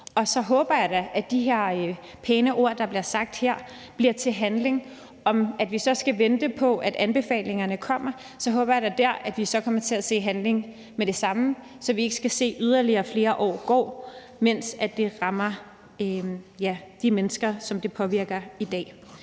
og så håber jeg da, at de her pæne ord, der bliver sagt her, bliver til handling. Om vi så skal vente på, at anbefalingerne kommer, så håber jeg da, at vi så der kommer til at se handling med det samme, så vi ikke skal se yderligere flere år gå, mens det rammer de mennesker, som det påvirker i dag.